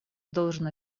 должен